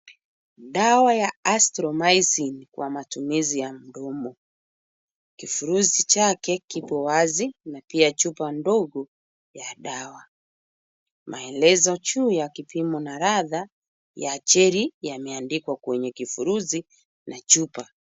Dawa ya astomasing kwa matumizi ya midomo. Kifurushi chake kiko wazi na pia chupa ndogo ya dawa. Maelezo juu ya kipimo na ladha ya jelly iko kwenye kifurushi cha chupa.